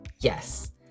Yes